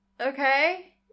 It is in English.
Okay